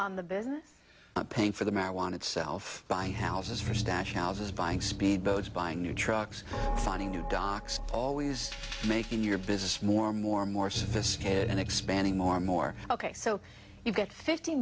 on the business paying for the marijuana itself buying houses for stash houses buying speedboats buying new trucks finding new docks always making your business more more more sophisticated and expanding more and more ok so you've got fift